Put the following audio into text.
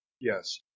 Yes